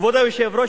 כבוד היושב-ראש,